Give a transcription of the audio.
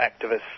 activists